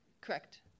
Correct